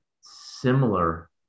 similar